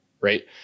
right